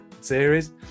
series